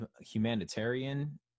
humanitarian